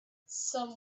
some